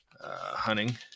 hunting